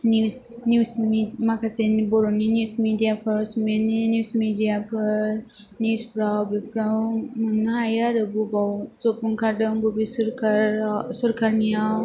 news निउसनि माखासे बर'नि निउस मेदियाफोर असमियानि निउस मेदियाफोर निउसफ्राव बेफ्राव मोन्नो हायो आरो बबाव जब ओंखारदों बबे सोरकाराव सोरकारनियाव